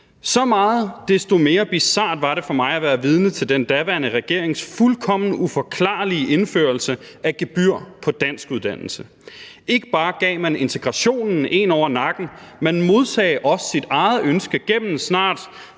Så meget desto mere bizart var det for mig at være vidne til den daværende regerings fuldkommen uforklarlige indførelse af gebyr på danskuddannelse. Ikke bare gav man integrationen én over nakken, man modsagde også sit eget ønske gennem snart